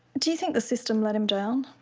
do you think the system let him down?